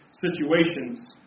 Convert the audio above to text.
situations